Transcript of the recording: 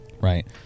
right